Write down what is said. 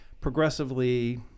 progressively